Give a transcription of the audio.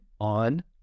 on